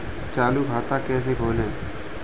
चालू खाता कैसे खोलें?